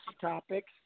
topics